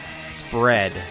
spread